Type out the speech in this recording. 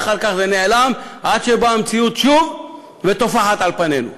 ואחר כך זה נעלם עד שבאה המציאות שוב וטופחת על פנינו.